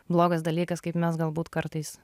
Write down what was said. blogas dalykas kaip mes galbūt kartais